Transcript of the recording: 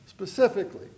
Specifically